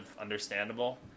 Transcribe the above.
understandable